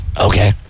Okay